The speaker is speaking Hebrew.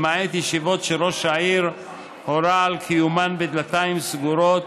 למעט ישיבות שראש העיר הורה על קיומן בדלתיים סגורות,